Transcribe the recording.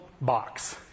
box